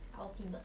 ultimate